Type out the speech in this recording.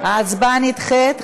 ההצבעה נדחית.